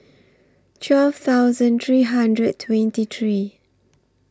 twelve thousand three hundred twenty three